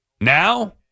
Now